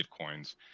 Bitcoins